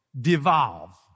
devolve